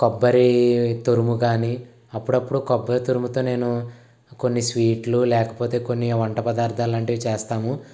కొబ్బరి తురుముకానీ అప్పుడప్పుడు కొబ్బరి తురుముతో నేను కొన్ని స్వీట్లు లేకపోతే కొన్ని వంట పదార్థాల్లాంటివి చేస్తాము